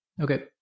okay